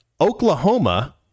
Oklahoma